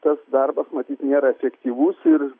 tas darbas matyt nėra efektyvus ir